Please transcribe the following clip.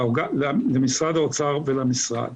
למשרד האוצר ולמשרד.